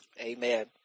Amen